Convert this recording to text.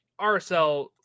RSL